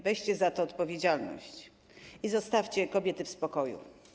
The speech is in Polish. Weźcie za to odpowiedzialność i zostawcie kobiety w spokoju.